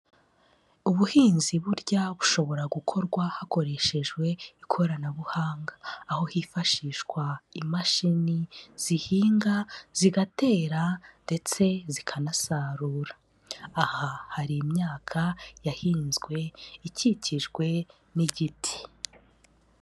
Ubuhinzi burya bushobora gukorwa hakoreshejwe ikoranabuhanga, aho hifashishwa imashini zihinga zigatera ndetse zikanasarura, aha hari imyaka yahinzwe ikikijwe n'igiti.